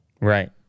right